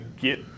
get